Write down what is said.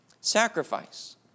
Sacrifice